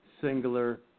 singular